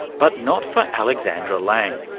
but not for alexandra lange.